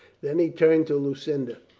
then he turned to lucinda.